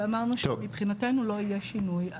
ואמרנו שמבחינתו לא יהיה שינוי.